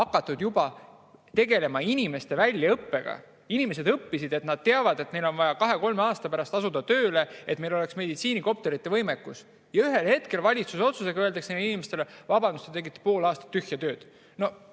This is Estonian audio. juba tegelema inimeste väljaõppega. Inimesed õppisid, sest nad teadsid, et neil on vaja 2–3 aasta pärast asuda tööle, et meil oleks meditsiinikopterite võimekus. Ja ühel hetkel valitsuse otsusega öeldakse nendele inimestele: vabandust, te tegite pool aastat tühja tööd.